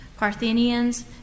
Parthenians